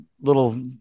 little